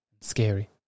Scary